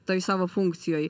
toj savo funkcijoj